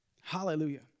Hallelujah